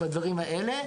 בדברים אלה,